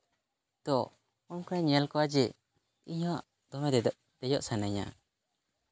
ᱛᱚ ᱩᱱᱠᱩᱧ ᱧᱮᱞ ᱠᱚᱣᱟ ᱡᱮ ᱤᱧ ᱦᱚᱸ ᱫᱚᱢᱮ ᱫᱮᱡᱚᱜ ᱥᱟᱱᱟᱧᱟ